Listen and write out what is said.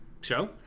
Show